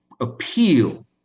appeal